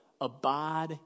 abide